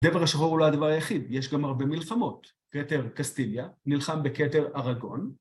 דבר השחור הוא לא הדבר היחיד, יש גם הרבה מלחמות. כתר קסטיניה נלחם בכתר ארגון.